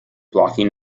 blocking